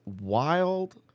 wild